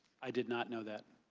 i did not know that.